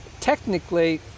Technically